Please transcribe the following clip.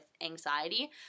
anxiety